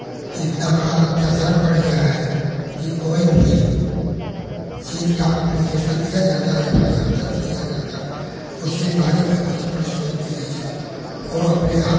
कि इतना बड़ा अत्याचार बढ़ गया है कि कोई भी चीज़ का एप्लिकेशन दिया जाता है एफ आई आर दर्ज किया जाता है उसके बारे मे कुछ पुलिस सोचती नहीं है वह अपने आप